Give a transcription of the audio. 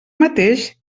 mateix